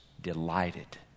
delighted